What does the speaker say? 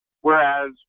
whereas